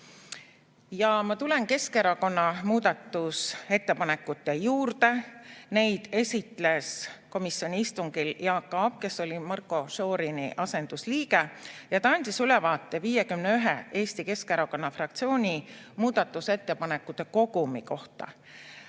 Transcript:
Ma tulen Keskerakonna muudatusettepanekute juurde. Neid esitles komisjoni istungil Jaak Aab, kes oli Marko Šorini asendusliige, ja ta andis ülevaate 51 Eesti Keskerakonna fraktsiooni muudatusettepaneku kogumi kohta.